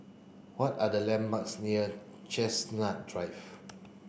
what are the landmarks near Chestnut Drive